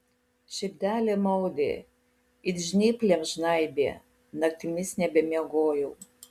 širdelė maudė it žnyplėm žnaibė naktimis nebemiegojau